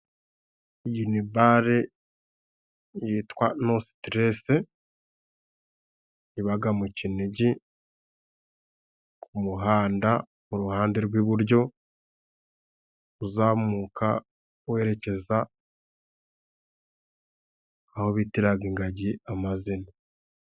Iyi ni bare yitwa no siterese , ibaga mu kinigi ku muhanda mu ruhande rw'iburyo, uzamuka werekeza aho bitiraga ingagi amazina.